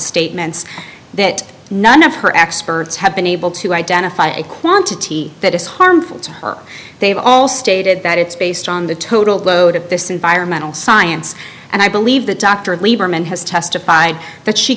statements that none of her experts have been able to identify a quantity that is harmful to her they have all stated that it's based on the total load of this environmental science and i believe that dr lieberman has testified that she